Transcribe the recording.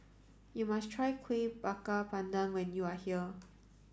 you must try Kuih Bakar Pandan when you are here